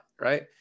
right